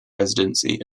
residency